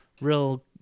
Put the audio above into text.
real